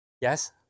Yes